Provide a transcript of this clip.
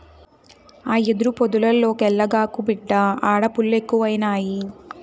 ఆ యెదురు పొదల్లోకెల్లగాకు, బిడ్డా ఆడ పులిలెక్కువున్నయి